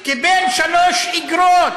הוא קיבל שלוש איגרות